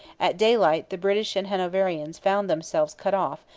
at daylight the british and hanoverians found themselves cut off,